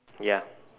ya